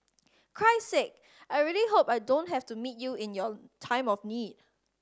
Christ Sake I really hope I don't have to meet you in your time of need